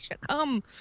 Come